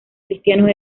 cristianos